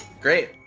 great